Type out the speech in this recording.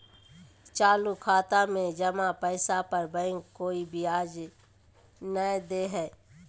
चालू खाता में जमा पैसा पर बैंक कोय ब्याज नय दे हइ